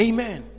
Amen